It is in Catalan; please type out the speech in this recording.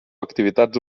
activitats